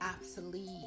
obsolete